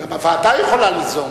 גם הוועדה יכולה ליזום.